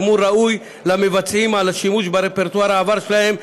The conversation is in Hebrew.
לעבור במסלול הנכון ולתת דגשים לאיזונים הנכונים.